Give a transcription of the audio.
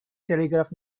telegraph